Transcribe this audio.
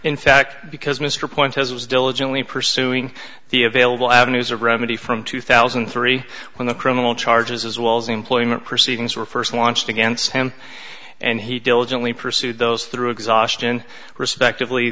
in fact because mr point has was diligently pursuing the available avenues of remedy from two thousand and three when the criminal charges as well as employment proceedings were first launched against him and he diligently pursued those through exhaustion respectively